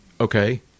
Okay